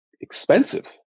expensive